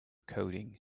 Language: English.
coding